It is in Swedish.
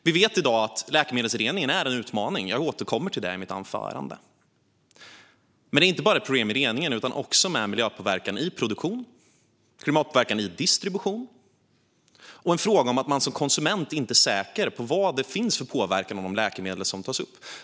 Vi vet i dag att läkemedelsreningen är en utmaning, och detta återkommer jag till i mitt anförande. Men det är inte bara problem med reningen utan också med miljöpåverkan i produktion och klimatpåverkan i distribution, och det är en fråga om att man som konsument inte är säker på vad det finns för påverkan av de läkemedel som tas upp.